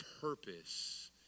purpose